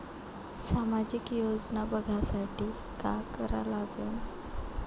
सामाजिक योजना बघासाठी का करा लागन?